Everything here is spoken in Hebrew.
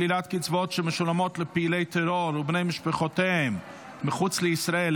שלילת קצבאות שמשולמות לפעילי טרור ובני משפחותיהם מחוץ לישראל),